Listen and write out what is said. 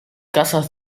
casas